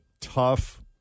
tough